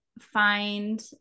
find